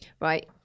right